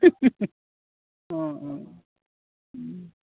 অঁ অঁ অঁ